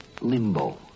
limbo